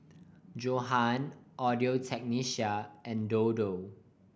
Johan Audio Technica and Dodo